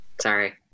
Sorry